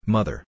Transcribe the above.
Mother